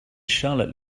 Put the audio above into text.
charlotte